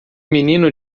menino